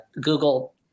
Google